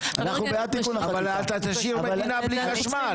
אבל אתה תשאיר מדינה בלי חשמל.